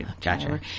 Gotcha